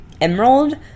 Emerald